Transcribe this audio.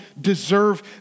deserve